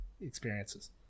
experiences